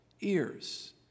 ears